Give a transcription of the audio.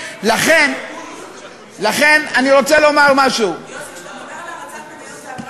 לכן, אני רוצה לומר משהו, אבל לא יותר מ-10%.